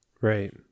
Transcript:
Right